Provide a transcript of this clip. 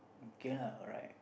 okay lah alright